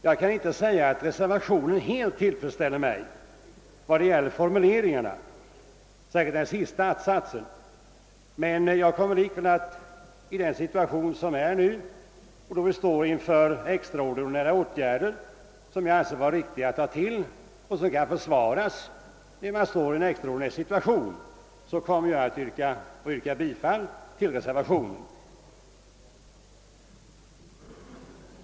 Jag kan inte säga att reservationens formuleringar helt tillfredsställer mig — det gäller särskilt den sista att-satsen — men i den situation vi för närvarande befinner oss i, då vi står inför extraordinära åtgärder som jag anser att det kan vara riktigt att ta till i en extraordinär situation, kommer jag att yrka bifall till reservationen.